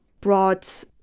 brought